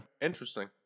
Interesting